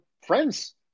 friends